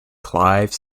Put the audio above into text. clive